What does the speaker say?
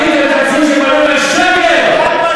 שיקרתם לציבור, שקר.